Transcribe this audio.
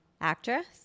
Actress